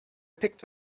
picked